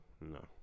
No